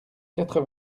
quatre